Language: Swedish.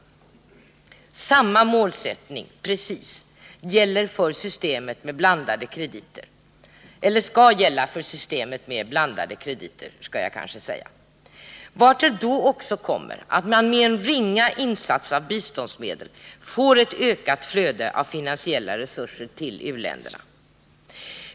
Precis samma målsättning gäller — eller skall gälla — för systemet med blandade krediter, vartill då också kommer att man med en ringa insats av biståndsmedel får ett ökat flöde av finansiella resurser till u-länderna.